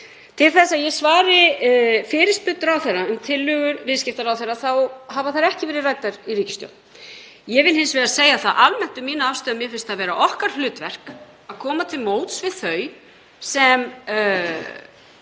Til að ég svari fyrirspurn til ráðherra um tillögur viðskiptaráðherra þá hafa þær ekki verið ræddar í ríkisstjórn. Ég vil hins vegar segja það almennt um mína afstöðu að mér finnst það vera okkar hlutverk að koma til móts við þau sem